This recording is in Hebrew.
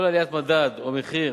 כל עליית מדד או מחיר